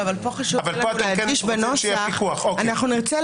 אבל פה חשוב לי להדגיש שבנוסח אנחנו נרצה